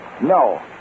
No